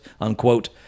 unquote